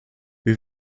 wir